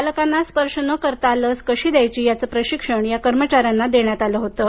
बालकांना स्पर्श न करता लस कशी द्यायची याचं प्रशिक्षण या आरोग्य कर्मचाऱ्यांना देण्यात आलं होतं